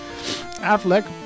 Affleck